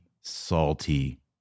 salty